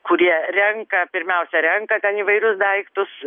kurie renka pirmiausia renka ten įvairius daiktus